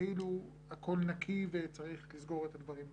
כאילו הכול נקי וצריך לסגור את הדברים בפנים.